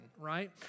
right